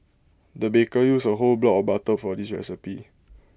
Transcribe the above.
the baker used A whole block of butter for this recipe